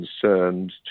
concerned